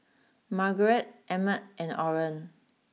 Margeret Emmett and Orren